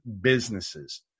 businesses